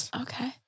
Okay